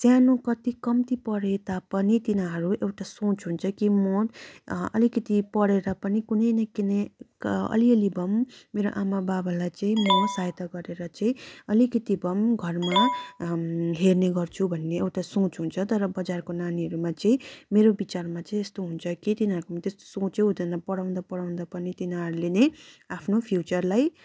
सानो कति कम्ती पढे तापनि तिनीहरू एउटा सोच हुन्छ कि म अलिकति पढेर पनि कुनै न किनै अलिअलि भए पनि म मेरो आमा बाबालाई चाहिँ म सहायता गरेर चाहिँ अलिकति भए पनि घरमा हेर्ने गर्छु भन्ने एउटा सोच हुन्छ तर बजारको नानीहरूमा चाहिँ मेरो विचारमा चाहिँ यस्तो हुन्छ कि तिनीहरूकोमा त्यस्तो सोच नै हुँदैन पढाउँदा पढाउँदै पनि तिनीहरूले नै आफ्नो फ्युचरलाई